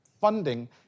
funding